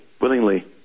willingly